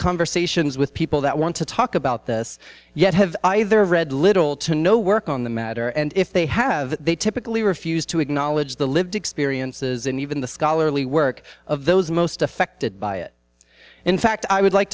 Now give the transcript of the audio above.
conversations with people that want to talk about this yet have either read little to no work on the matter and if they have they typically refuse to acknowledge the lived experiences and even the scholarly work of those most affected by it in fact i would like